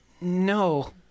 No